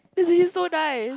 so nice